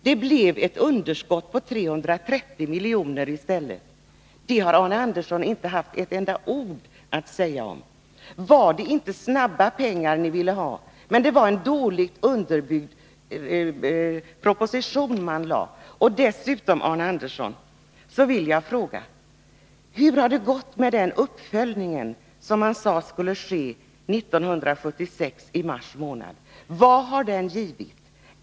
Det blev ett underskott på 330 milj.kr. i stället. Det har inte Arne Andersson sagt ett enda ord om. Var det inte snabba pengar som ni ville ha? Ni lade fram en dåligt underbyggd proposition. Dessutom, Arne Andersson, vill jag fråga: Hur har det gått med den uppföljning som man sade skulle ske 1976 i mars månad? Vad har den gett?